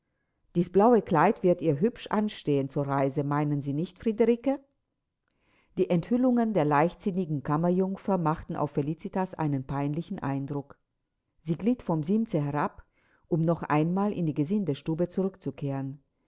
dies blaue kleid wird ihr hübsch anstehen zur reise meinen sie nicht friederike die enthüllungen der leichtsinnigen kammerjungfer machten auf felicitas einen peinlichen eindruck sie glitt vom simse herab um noch einmal in die gesindestube zurückzukehren